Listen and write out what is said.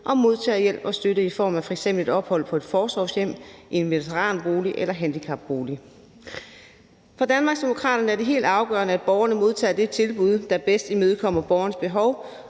og modtager hjælp og støtte i form af f.eks. et ophold på et forsorgshjem, i en veteranbolig eller handicapbolig. For Danmarksdemokraterne er det helt afgørende, at borgerne modtager det tilbud, der bedst imødekommer borgerens behov,